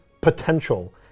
potential